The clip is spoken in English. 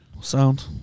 sound